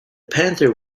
panther